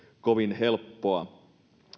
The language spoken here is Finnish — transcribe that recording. kovin helppoa